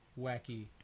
wacky